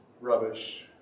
rubbish